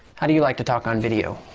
how do you like to talk on video?